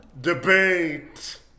debate